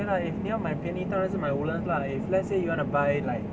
对啦 if 你要买便宜当然是买 woodlands lah if let's say you wanna buy like